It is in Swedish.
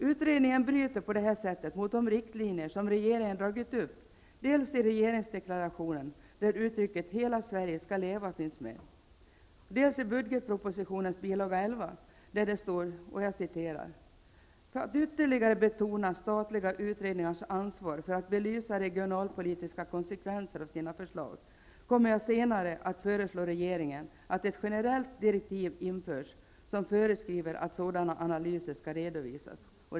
Utredningen bryter på dessa sätt mot de riktlinjer som regeringen dragit upp, dels i regeringsdeklarationen, där uttrycket ''Hela Sverige skall leva'' finns med, dels i budgetpropositionens bil. 11, där det står: ''För att ytterligare betona statliga utredningars ansvar för att belysa regionalpolitiska konsekvenser av sina förslag, kommer jag senare att föreslå regeringen att ett generellt direktiv införs som föreskriver att sådana analyser skall redovisas.''